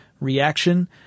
reaction